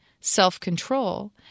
self-control